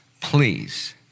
please